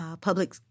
public